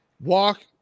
Walk